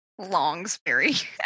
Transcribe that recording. longsberry